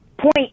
point